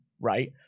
right